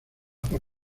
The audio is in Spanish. por